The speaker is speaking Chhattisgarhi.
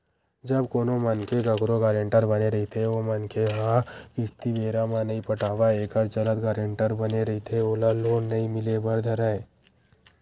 जब कोनो मनखे कखरो गारेंटर बने रहिथे ओ मनखे ह किस्ती बेरा म नइ पटावय एखर चलत गारेंटर बने रहिथे ओला लोन नइ मिले बर धरय